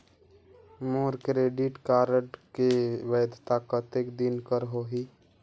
मोर credit card के वैधता कतेक दिन कर होही?